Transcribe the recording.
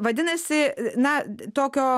vadinasi na tokio